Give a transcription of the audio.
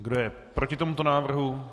Kdo je proti tomuto návrhu?